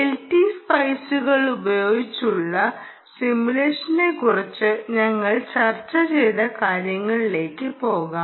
LT സ്പൈസുകളുപയോഗിച്ചുള്ള സിമുലേഷനെക്കുറിച്ച് ഞങ്ങൾ ചർച്ച ചെയ്ത കാര്യങ്ങളിലേക്ക് പോകാം